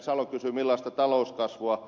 salo kysyi millaista talouskasvua